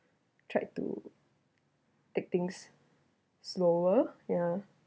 tried to take things slower yeah